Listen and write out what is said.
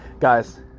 Guys